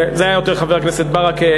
זה היה יותר חבר הכנסת ברכה,